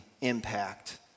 impact